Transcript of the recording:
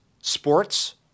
sports